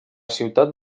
ciutat